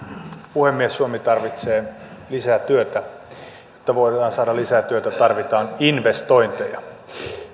puhemies suomi tarvitsee lisää työtä jotta voidaan saada lisää työtä tarvitaan investointeja